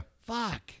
Fuck